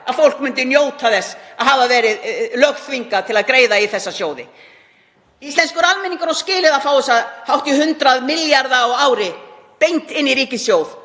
að fólk myndi raunverulega njóta þess að hafa verið lögþvingað til að greiða í þessa sjóði. Íslenskur almenningur á skilið að fá þessa hátt í 100 milljarða á ári beint inn í ríkissjóð